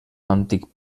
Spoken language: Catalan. antic